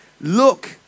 Look